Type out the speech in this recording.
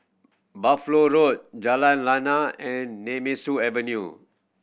Buffalo Road Jalan Lana and Nemesu Avenue